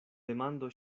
demando